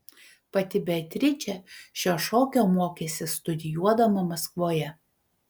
pati beatričė šio šokio mokėsi studijuodama maskvoje